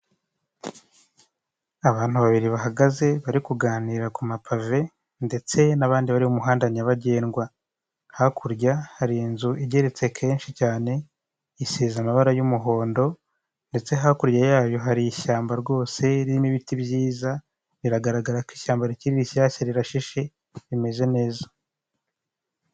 Abantu babiri bahagaze bari kuganira ku mapave ndetse n'abandi bari mu muhanda nyabagendwa, hakurya hari inzu igeretse kenshi cyane, isize amabara y'umuhondo ndetse hakurya yayo hari ishyamba rwose ririmo ibiti byiza, biragaragara ko ishyamba riri rishyashya rirashishie rimeze neza.